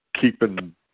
keeping